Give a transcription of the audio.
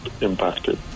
impacted